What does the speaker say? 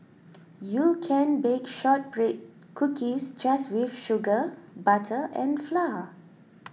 you can bake Shortbread Cookies just with sugar butter and flour